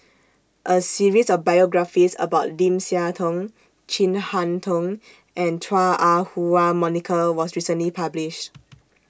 A series of biographies about Lim Siah Tong Chin Harn Tong and Chua Ah Huwa Monica was recently published